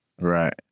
Right